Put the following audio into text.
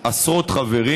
עשרות חברים,